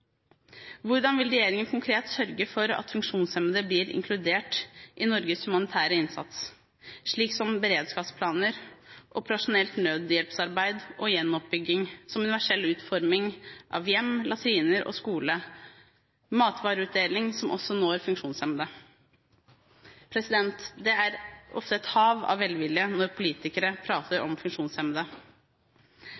Hvordan vil regjeringen konkret sørge for at funksjonshemmede blir inkludert i Norges humanitære innsats, slik som beredskapsplaner, operasjonelt nødhjelpsarbeid og gjenoppbygging, som universell utforming av hjem, latriner og skole, og matvareutdeling som også når funksjonshemmede? Det er ofte et hav av velvilje når politikere prater